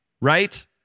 right